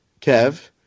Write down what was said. Kev